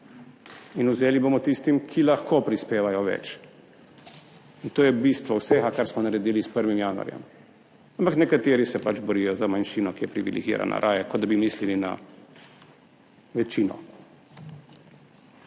in vzeli bomo tistim, ki lahko prispevajo več. In to je bistvo vsega, kar smo naredili s 1. januarjem. Ampak nekateri se pač raje borijo za manjšino, ki je privilegirana, kot da bi mislili na večino.